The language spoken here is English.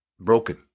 broken